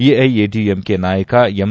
ಎಐಎಡಿಎಂಕೆ ನಾಯಕ ಎಂ